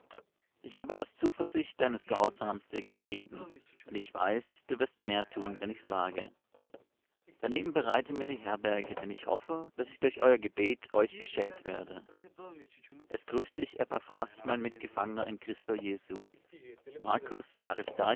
ich habe aus zuversicht deines gehorsams dir geschrieben und ich weiß du wirst mehr tun denn ich sage daneben bereite mir die herberge denn ich hoffe daß ich durch euer gebet euch geschenkt werde es grüßt dich epaphras mein mitgefangener in christo jesu markus